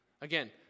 Again